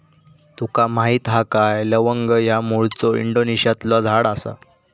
तुका माहीत हा काय लवंग ह्या मूळचा इंडोनेशियातला झाड आसा